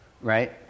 Right